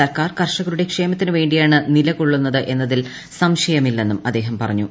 സർക്കാർ കർഷകരുടെ ക്ഷേമത്തിന് വേണ്ടിയാണ് നിലകൊള്ളുന്നത് എന്നതിൽ സംശയമില്ലിന്ന് അദ്ദേഹം പറഞ്ഞു